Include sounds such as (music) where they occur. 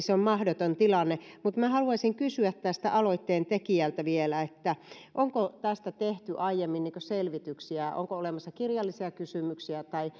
(unintelligible) se on mahdoton tilanne minä haluaisin kysyä aloitteen tekijältä vielä onko tästä tehty aiemmin selvityksiä onko olemassa kirjallisia kysymyksiä tai (unintelligible)